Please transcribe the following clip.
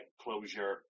closure